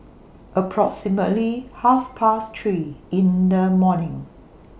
approximately Half Past three in The morning